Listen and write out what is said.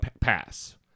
pass